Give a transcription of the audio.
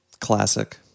Classic